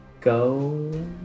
go